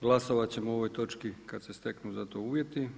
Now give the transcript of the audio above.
Glasovat ćemo o ovoj točki kad se steknu za to uvjeti.